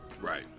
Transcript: Right